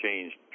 changed